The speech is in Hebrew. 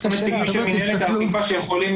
יש פה נציגים של מִנהלת האכיפה שיכולים